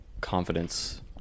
confidence